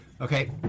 okay